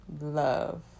love